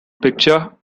picture